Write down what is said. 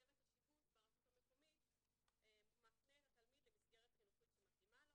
צוות השיבוץ ברשות המקומית מפנה את התלמיד למסגרת חינוכית שמתאימה לו,